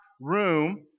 room